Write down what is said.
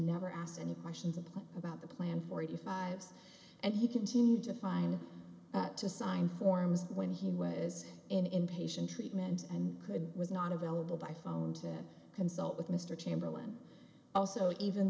never asked any questions of place about the plan forty five and he continued to find out to sign forms when he was in inpatient treatment and could was not available by phone to consult with mr chamberlain also even